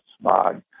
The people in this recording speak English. Smog